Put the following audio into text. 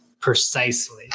Precisely